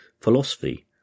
Philosophy